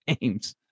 games